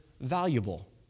valuable